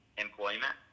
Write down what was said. Employment